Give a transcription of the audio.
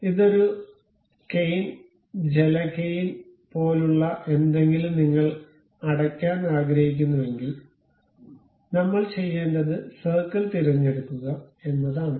അതിനാൽ ഇത് ഒരു കേയിൻ ജല കേയിൻ പോലുള്ള എന്തെങ്കിലും നിങ്ങൾ അടക്കാൻ ആഗ്രഹിക്കുന്നുവെങ്കിൽ നമ്മൾ ചെയ്യേണ്ടത് സർക്കിൾ തിരഞ്ഞെടുക്കുക എന്നതാണ്